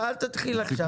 אל תתחיל עכשיו.